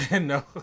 No